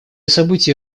события